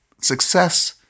success